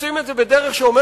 עושים את זה בדרך שאומרת,